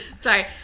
Sorry